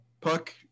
puck